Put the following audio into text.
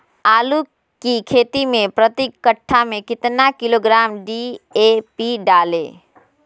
आलू की खेती मे प्रति कट्ठा में कितना किलोग्राम डी.ए.पी डाले?